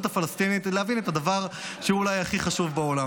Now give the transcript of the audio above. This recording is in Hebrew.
להבין את הדבר שהוא הכי חשוב בעולם.